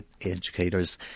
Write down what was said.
educators